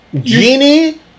Genie